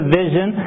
vision